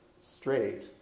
straight